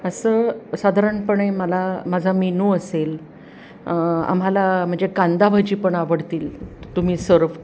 असं साधारणपणे मला माझा मेनू असेल आम्हाला म्हणजे कांदाभाजी पण आवडतील तुम्ही सर्व